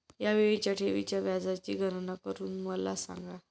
या वेळीच्या ठेवीच्या व्याजाची गणना करून मला सांगा